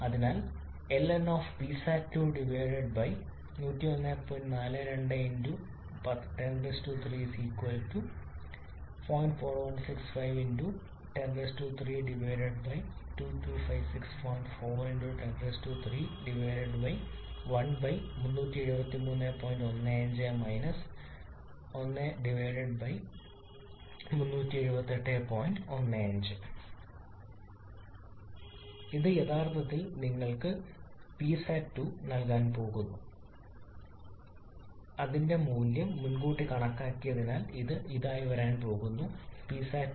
അതിനാൽ ഇത് യഥാർത്ഥത്തിൽ നിങ്ങൾക്ക് Psat2 നൽകാൻ പോകുന്നു ൻ മൂല്യം മുൻകൂട്ടി കണക്കാക്കിയതിനാൽ ഇത് ഇതായി വരാൻ പോകുന്നു Psat2 120